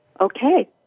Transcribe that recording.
Okay